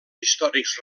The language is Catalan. històrics